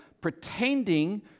pretending